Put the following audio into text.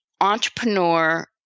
entrepreneur